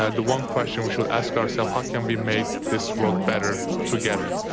and the one question we should ask ourselves, how can we make this world better together?